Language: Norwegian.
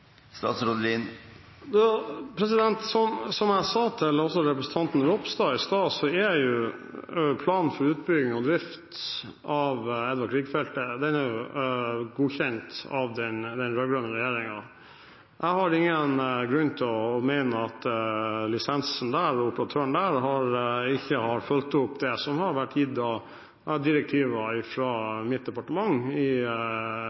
Som jeg sa til representanten Ropstad i stad, er planen for utbygging og drift av Edvard Grieg-feltet godkjent av den rød-grønne regjeringen. Jeg har ingen grunn til å mene at operatøren der ikke har fulgt opp det som har vært gitt av direktiver fra mitt departement i